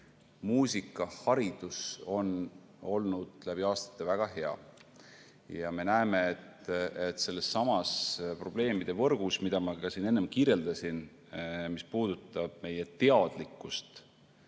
muusikaharidus on olnud läbi aastate väga hea. Me näeme sedasama selles probleemide võrgus, mida ma siin enne kirjeldasin, mis puudutab meie teadlikkust